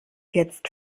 jetzt